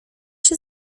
się